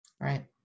right